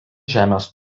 žemės